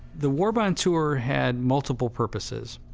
the war bond tour had multiple purposes.